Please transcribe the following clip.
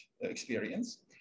experience